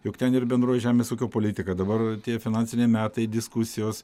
juk ten ir bendroji žemės ūkio politika dabar tie finansiniai metai diskusijos